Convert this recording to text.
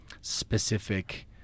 specific